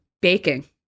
baking